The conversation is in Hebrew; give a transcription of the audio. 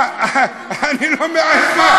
אני לא מתבייש.